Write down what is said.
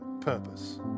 purpose